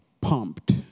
pumped